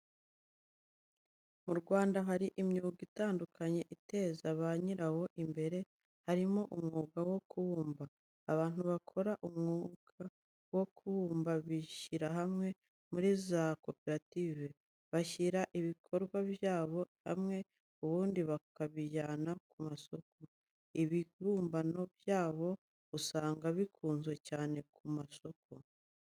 Mu Rwanda hari imyuga itandukanye iteza ba nyirawo imbere harimo umwuga wo kubumba. Abantu bakora umwuka wo kubumba bishyira hamwe muri za koperative, bashyira ibikorwa byabo hamwe ubundi bakabijyana ku masoko. Ibibumbano byabo usanga bikunzwe cyane ku masoko.